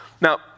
Now